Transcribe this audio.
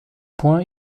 point